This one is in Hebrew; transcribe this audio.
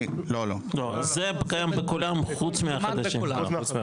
לא, זה קיים בכולם, חוץ מהחדשים.